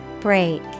Break